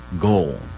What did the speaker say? goal